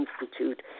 Institute